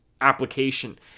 application